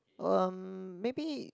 um maybe